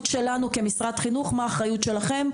האחריות שלנו כמשרד חינוך ומה האחריות שלכם,